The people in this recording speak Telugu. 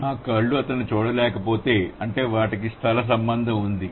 నా కళ్ళు అతన్ని చూడలేకపోతే అంటే వాటికి స్థల సంబంధం ఉంది